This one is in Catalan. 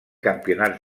campionats